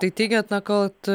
tai teigiat na kad